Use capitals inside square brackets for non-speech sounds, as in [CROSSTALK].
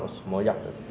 [NOISE]